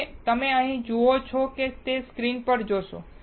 હવે તમે અહીં જે જુઓ છો તે સ્ક્રીન પર જોશો